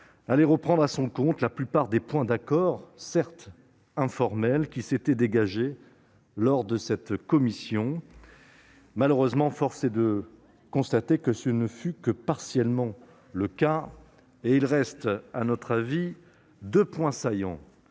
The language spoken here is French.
reprendrait à son compte la plupart des points d'accord, certes informels, qui semblaient se dégager lors de la réunion de cette commission. Malheureusement, force est de constater que ce ne fut que partiellement le cas. Il reste, selon nous, deux points saillants